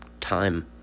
time